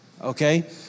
Okay